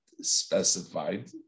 specified